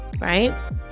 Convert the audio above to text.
right